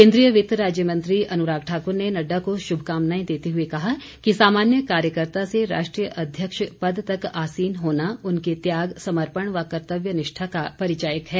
केंद्रीय वित्त राज्य मंत्री अनुराग ठाकुर ने नड्डा को शुभकामनाएं देते हुए कहा कि सामान्य कार्यकर्त्ता से राष्ट्रीय अध्यक्ष पद तक आसीन होना उनके त्याग समर्पण व कर्तव्यनिष्ठा का परिचायक है